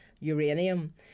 Uranium